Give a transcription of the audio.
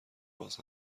باز